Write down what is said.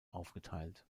aufgeteilt